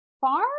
farm